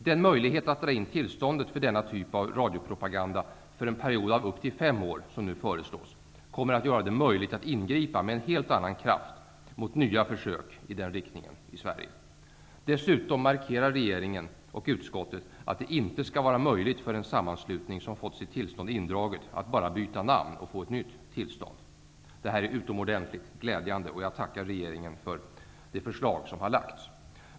Den möjlighet att dra in tillståndet för denna typ av radiopropaganda för en period av upp till fem år som nu föreslås, kommer att göra det möjligt att ingripa med en helt annan kraft mot nya försök i den riktningen. Dessutom markerar regeringen och utskottet att det inte skall vara möjligt för en sammanslutning som fått sitt tillstånd indraget att bara byta namn och få ett nytt tillstånd. Det är utomordentligt glädjande. Jag tackar regeringen för det förslag som har lagts fram.